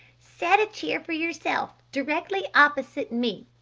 set a chair for yourself directly opposite me!